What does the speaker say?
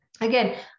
Again